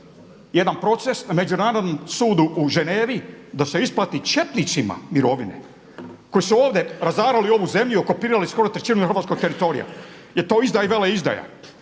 jedan proces na Međunarodnom sudu u Ženevi da se isplati četnicima mirovine koji su ovdje razarali ovu zemlju i okupirali skoro trećinu hrvatskog teritorija. Jel to izdaja i veleizdaja?